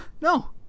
No